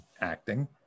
acting